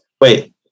Wait